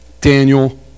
Daniel